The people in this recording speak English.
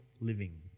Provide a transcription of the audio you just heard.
living